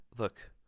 Look